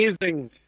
amazing